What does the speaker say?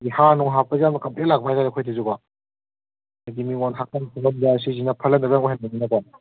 ꯍꯥꯔ ꯅꯨꯡ ꯍꯥꯞꯄꯁꯦ ꯌꯥꯝꯅ ꯀꯝꯄ꯭ꯂꯦꯟ ꯂꯥꯛꯄ ꯍꯥꯏꯇꯥꯔꯦ ꯑꯩꯈꯣꯏꯗꯁꯨ ꯁꯤꯁꯤꯅ ꯐꯠꯅꯗꯕ ꯑꯣꯏꯍꯟꯕꯅꯤꯅꯀꯣ